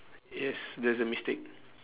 yes there's a mistake